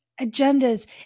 agendas